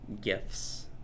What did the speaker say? gifts